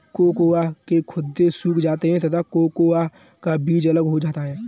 cocoa के गुदे सूख जाते हैं तथा कोकोआ का बीज अलग हो जाता है